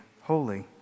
holy